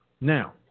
Now